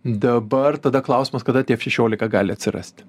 dabar tada klausimas kada tie f šešiolika gali atsirasti